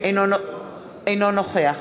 אינו נוכח